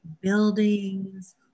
buildings